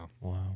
Wow